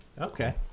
Okay